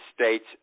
States